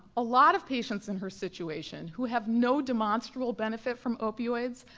a lot of patients in her situation, who have no demonstrable benefit from opioids,